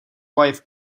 wife